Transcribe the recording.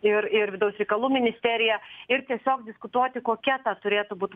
ir ir vidaus reikalų ministerija ir tiesiog diskutuoti kokia turėtų būt